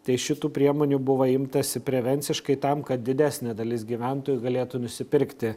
tai šitų priemonių buvo imtasi prevenciškai tam kad didesnė dalis gyventojų galėtų nusipirkti